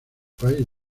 país